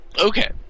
Okay